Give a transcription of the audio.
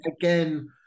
again